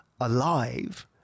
alive